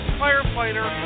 firefighter